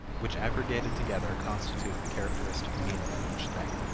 which aggregated together constitute the characteristic meaning of each thing.